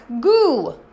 goo